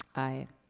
aye.